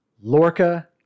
Lorca